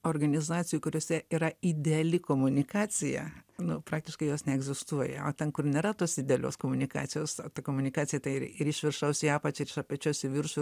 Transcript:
organizacijų kuriose yra ideali komunikacija nu praktiškai jos neegzistuoja o ten kur nėra tos idealios komunikacijos ta komunikacija tai ir ir iš viršaus į apačią ir iš apačios į viršų